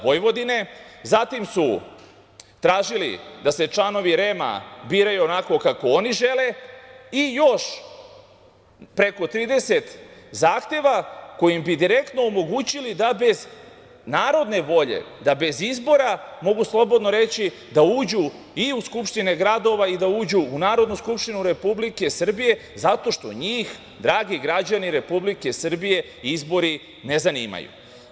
Zatim su tražili da se članovi REM biraju onako kako oni žele i još preko 30 zahteva koji bi direktno omogući da bez narodne volje, da bez izbora, mogu slobodno reći, uđu u skupštine gradove i u Narodnu skupštinu Republike Srbije zato što njih, dragi građani Republike Srbije, ne zanimaju.